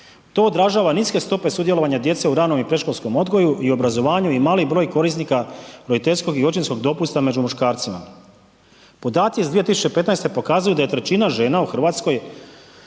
To odražava niske stope sudjelovanja djece u ranom i predškolskom odgoju i obrazovanju i mali broj korisnika roditeljskog i očinskog dopusta među muškarcima. Podaci iz 2015. pokazuju da je 1/3 žena u RH